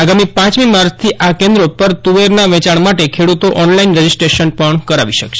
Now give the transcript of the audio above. આગામી પાંચમી માર્ચથી આ કેન્દ્રો પર તુવેરના વેચાણ માટે ખેડૂતો ઓનલાઇન રજીસ્ટ્રેશન કરાવી શકશે